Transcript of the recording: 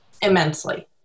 Immensely